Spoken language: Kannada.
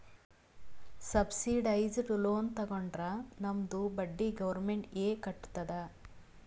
ಸಬ್ಸಿಡೈಸ್ಡ್ ಲೋನ್ ತಗೊಂಡುರ್ ನಮ್ದು ಬಡ್ಡಿ ಗೌರ್ಮೆಂಟ್ ಎ ಕಟ್ಟತ್ತುದ್